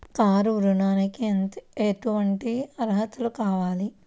Car ఋణంకి ఎటువంటి అర్హతలు కావాలి?